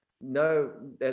no